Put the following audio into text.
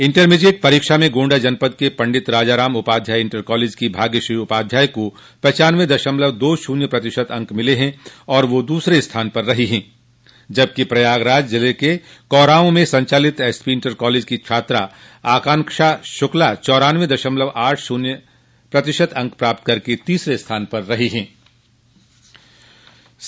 intermediate परीक्षा में गोण्डा जनपद के पंडित राजाराम उपाध्याय इंटर कॉलेज की भाग्यश्री उपाध्याय को पन्चानवे दशमलव दो शून्य प्रतिशत अंक मिले हैं और वह दूसरे स्थान पर रही हैं जबकि प्रयागराज जिले के कोरांव में संचालित एसपी इंटर कॉलेज की छात्रा आकांक्षा शुक्ला चौरानवे दशमलव आठ शून्य अंक प्राप्त कर तीसरे स्थान पर रहीं